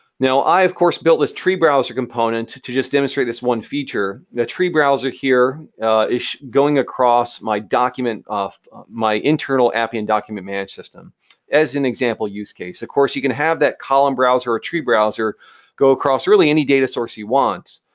now, i of course built this tree browser component to just demonstrate this one feature. the tree browser here is going across my document, my internal appian document manage system as an example use case. of course, you can have that column browser or tree browser go across really any data source you want.